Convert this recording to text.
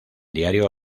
diario